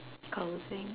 closing